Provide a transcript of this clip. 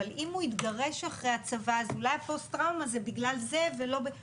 אבל אם הוא יתגרש אחרי הצבא אז אולי הפוסט-טראומה זה בגלל זה ולא בגלל